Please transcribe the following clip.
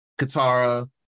Katara